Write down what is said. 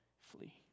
flee